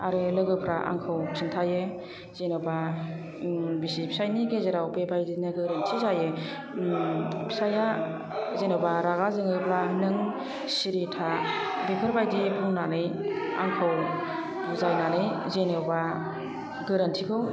आरो लोगोफ्रा आंखौ खिन्थायो जेन'बा बिसि फिसायनि गेजेराव बेबादिनो गोरोन्थि जायो फिसाइया जेन'बा रागा जोङोब्ला नों सिरि था बेफोरबायदि बुंनानै आंखौ बुजायनानै जेन'बा गोरोन्थिखौ